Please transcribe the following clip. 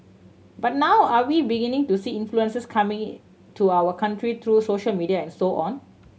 but now are we beginning to see influences coming to our country through social media and so on